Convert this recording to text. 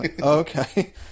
Okay